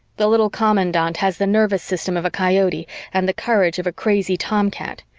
the little commandant has the nervous system of a coyote and the courage of a crazy tomcat,